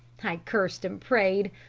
i cursed and prayed,